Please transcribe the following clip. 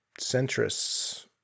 centrists